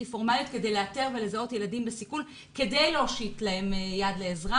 פורמליות כדי לאתר ולזהות ילדים בסיכון כדי להושיט להם יד לעזרה.